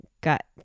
got